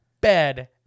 bed